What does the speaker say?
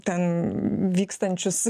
ten vykstančius